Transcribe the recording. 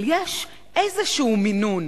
אבל יש איזשהו מינון,